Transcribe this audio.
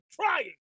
trying